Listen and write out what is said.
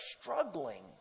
struggling